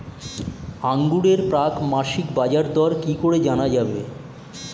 আঙ্গুরের প্রাক মাসিক বাজারদর কি করে জানা যাবে?